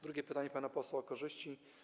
Drugie pytanie pana posła - o korzyści.